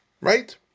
Right